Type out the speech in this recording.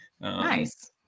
Nice